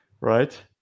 right